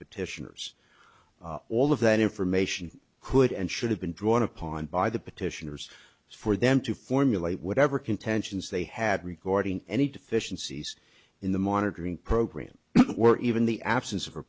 petitioners all of that information could and should have been drawn upon by the petitioners for them to formulate whatever contentions they had regarding any deficiencies in the monitoring program were even the absence of